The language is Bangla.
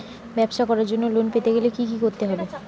ব্যবসা করার জন্য লোন পেতে গেলে কি কি করতে হবে?